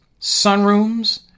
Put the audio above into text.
sunrooms